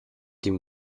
dem